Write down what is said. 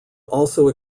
also